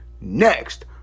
Next